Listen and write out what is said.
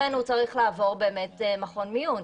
ולכן הוא צריך לעבור מכון מיון.